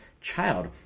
child